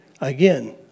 again